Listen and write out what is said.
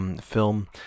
Film